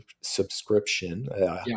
subscription